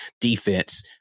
defense